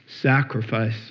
sacrifice